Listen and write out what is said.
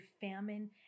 famine